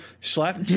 slap